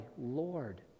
Lord